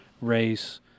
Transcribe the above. race